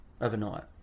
overnight